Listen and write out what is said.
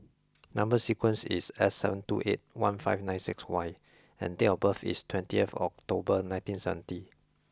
number sequence is S seven two eight one five six Y and date of birth is twentieth October nineteen seventy